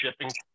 shipping